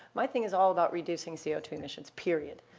my thing is all about reducing c o two emissions, period.